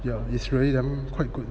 yeah it's really damn quite good